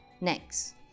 Next